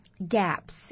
gaps